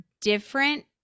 different